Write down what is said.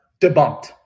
Debunked